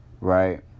right